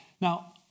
Now